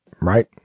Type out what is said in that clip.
Right